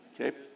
Okay